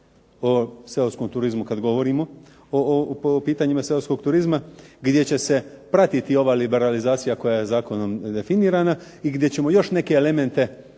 o seoskom turizmu kad govorimo o pitanjima seoskog turizma gdje će se pratiti ova liberalizacija koja je zakonom definirana i gdje ćemo još neke elemente